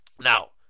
Now